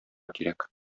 кирәк